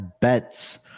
bets